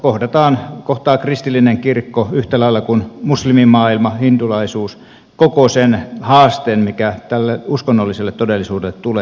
modernisaatioprosessissa kohtaa kristillinen kirkko yhtä lailla kuin muslimimaailma hindulaisuus koko sen haasteen mikä tälle uskonnolliselle todellisuudelle tulee